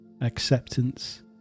Acceptance